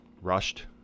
rushed